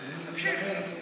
תמשיך.